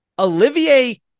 Olivier